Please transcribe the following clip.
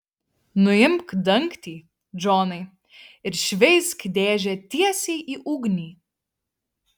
nuimk dangtį džonai ir šveisk dėžę tiesiai į ugnį